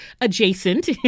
adjacent